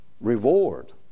Reward